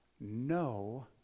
no